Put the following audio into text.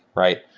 right?